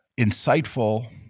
insightful